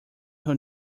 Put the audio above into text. who